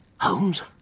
Holmes